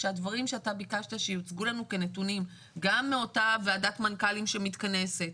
שהדברים שאתה ביקשת שיוצגו לנו כנתונים גם מאותה ועדת מנכ"לים שמתכנסת,